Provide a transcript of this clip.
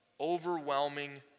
overwhelming